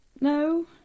No